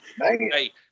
Hey